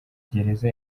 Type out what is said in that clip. gereza